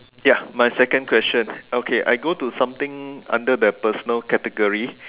ya my second question okay I go to something under the personal category